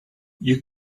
you